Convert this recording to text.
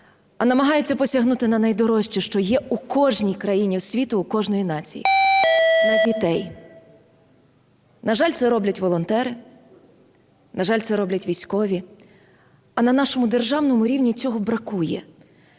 а намагається посягнути на найдорожче, що є у кожної країни світу, у кожної нації, – на дітей. На жаль, це роблять волонтери, на жаль, це роблять військові, а на нашому державному рівні цього бракує.